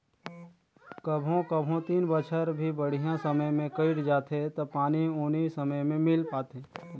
कभों कभों तीन बच्छर भी बड़िहा समय मे कइट जाथें त पानी उनी समे मे मिल पाथे